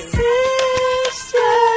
sister